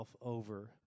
over